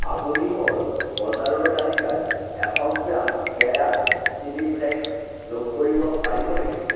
আপুনি মোৰ বজাৰৰ তালিকাত এশ গ্ৰাম কেয়া চিলি ফ্লেকছ যোগ কৰিব পাৰিব নেকি